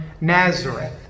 Nazareth